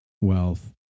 wealth